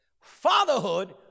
Fatherhood